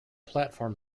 platform